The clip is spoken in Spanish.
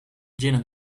llena